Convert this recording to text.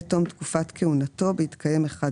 לפעמים אותו משחק יכול להיות ממכר אם